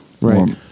Right